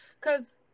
Cause